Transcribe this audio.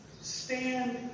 stand